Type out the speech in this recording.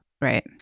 Right